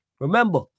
Remember